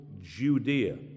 Judea